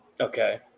Okay